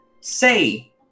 say